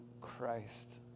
Christ